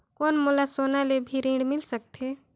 कौन मोला सोना ले भी ऋण मिल सकथे?